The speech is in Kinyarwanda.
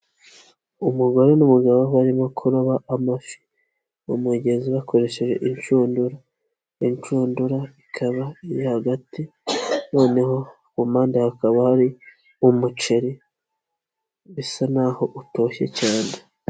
Umugore n'umugabo barimo kuroba amafi mu mugezi bakoresheje inshundura, inshundura ikaba iri hagati, noneho ku mpande hakaba hari umuceri bisa n'aho utoshye cyane.